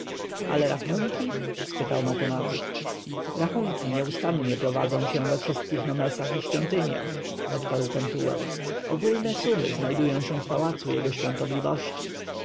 ale rachunki spytał matematyk rachunki nieustannie prowadzą się we wszystkich nomesach i świątyniach odparł pentuer ogólne sumy znajdują się w pałacu jego świątobliwości